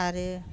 आरो